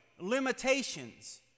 limitations